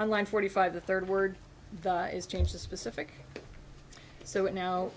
on line forty five the third word is change the specific so it now